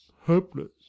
HOPELESS